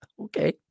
Okay